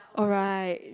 alright